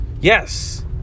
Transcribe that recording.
Yes